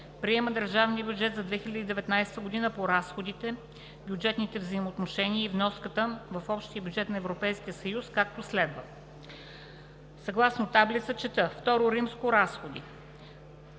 Приема държавния бюджет за 2019 г. по разходите, бюджетните взаимоотношения и вноската в общия бюджет на Европейския съюз, както следва, съгласно таблица: „IІ. Разходи